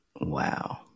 Wow